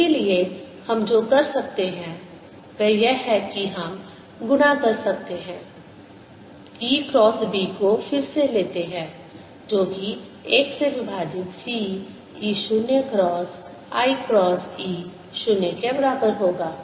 उसके लिए हम जो कर सकते हैं वह यह है कि हम गुणा कर सकते हैं E क्रॉस B को फिर से लेते हैं जो कि 1 से विभाजित c E 0 cross i cross E शून्य के बराबर होगा